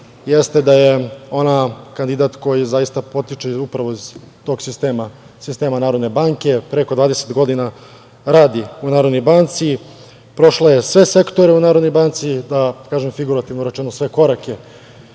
jeste da je ona kandidat koji zaista potiče upravo iz tog sistema, sistema Narodne banke. Preko 20 godina radi u Narodnoj banci, prošla je sve sektore u Narodnoj banci, da kažem, figurativno rečeno, sve korake